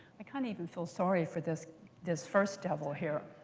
i kind of even feel sorry for this this first devil here.